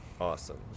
awesome